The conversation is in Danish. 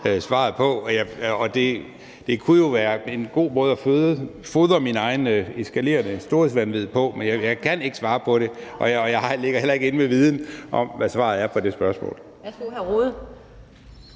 svaret på. Det kunne jo være en god måde at fodre mit eget eskalerende storhedsvanvid på, men jeg kan ikke svare på det, og jeg ligger heller ikke inde med viden om, hvad svaret er på det spørgsmål.